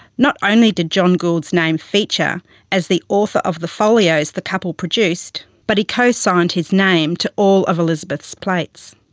not only did john gould's name feature as the author of the folios the couple produced, but he co-signed his name to all of elizabeth's plates.